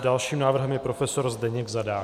Dalším návrhem je profesor Zdeněk Zadák.